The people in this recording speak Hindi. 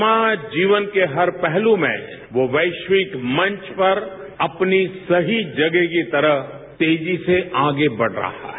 समाज जीवन के हर पहलु में वो वैश्विक मंच पर अपनी सही जगह की तरफ तेजी से आगे बढ़ रहा है